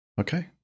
Okay